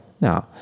Now